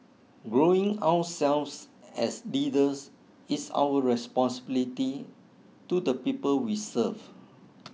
growing ourselves as leaders is our responsibility to the people we serve